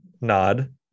nod